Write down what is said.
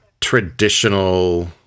traditional